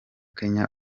kenya